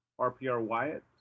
RPR-Wyatt